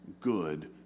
good